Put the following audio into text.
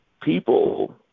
people